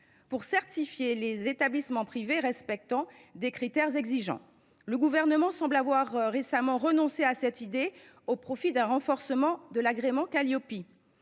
de certifier les établissements privés respectant des critères exigeants. Le Gouvernement semble avoir récemment renoncé à cette idée, au profit d’un renforcement de l’agrément Qualiopi.